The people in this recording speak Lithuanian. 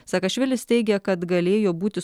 sakašvilis teigia kad galėjo būti